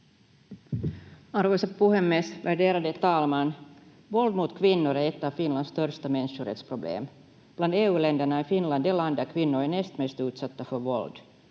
Arvoisa puhemies, värderade talman! Våld mot kvinnor är ett av Finlands största människorättsproblem. Bland EU-länderna är Finland det land där kvinnor är näst mest utsatta för våld.